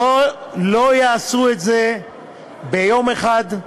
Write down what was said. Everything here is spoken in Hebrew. יעשו את זה ביום אחד,